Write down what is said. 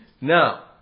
Now